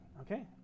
Okay